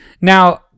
Now